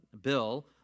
Bill